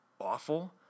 awful